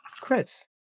Chris